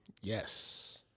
Yes